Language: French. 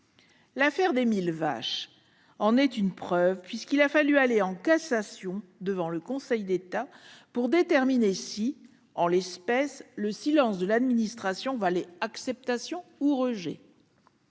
la ferme des mille vaches en est une preuve, puisqu'il a fallu un pourvoi en cassation et une décision du Conseil d'État pour déterminer si, en l'espèce, le silence de l'administration valait acceptation ou rejet.